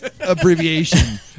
abbreviation